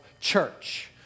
church